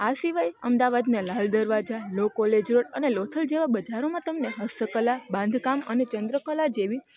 આ સિવાય અમદાવાદને Lal Darwaja law college road અને લોથલ જેવા બજારોમાં તમને હસ્તકલા બાંધકામ અને ચંદ્રકલા જેવી